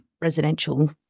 residential